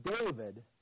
David